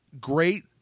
great